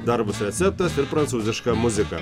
dar bus receptas ir prancūziška muzika